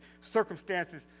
circumstances